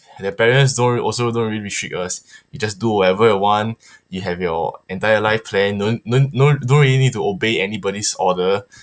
the parents don't also don't really restrict us we just do whatever we want you have your entire life planned don't don't don't don't really need to obey anybody order